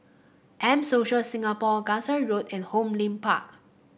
M Social Singapore Gangsa Road and Hong Lim Park